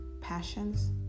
passions